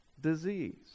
disease